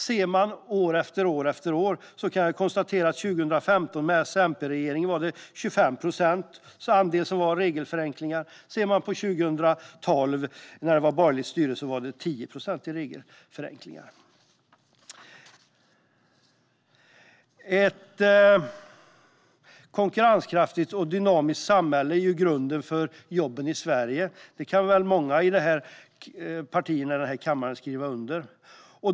Efter att ha gått igenom år för år kan jag konstatera att 2015, med en centerregering, var andelen regelförenklingar 25 procent, och år 2012, med borgerligt styre, var andelen regelförenklingar 10 procent. Att ett konkurrenskraftigt och dynamiskt näringsliv är grunden för jobben i Sverige kan väl många partier här i kammaren skriva under på.